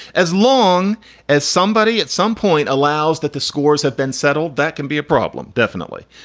as long as somebody at some point allows that the scores have been settled, that can be a problem, definitely.